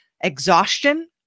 exhaustion